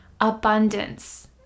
abundance